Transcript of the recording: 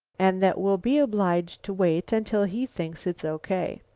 and that we'll be obliged to wait until he thinks it's o. k.